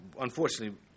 Unfortunately